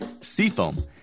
Seafoam